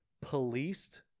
policed